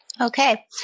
Okay